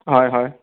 हय हय